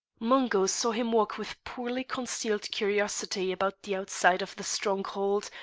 mungo saw him walk with poorly concealed curiosity about the outside of the stronghold,